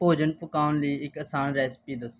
ਭੋਜਨ ਪਕਾਉਣ ਲਈ ਇੱਕ ਆਸਾਨ ਰੈਸਿਪੀ ਦੱਸੋ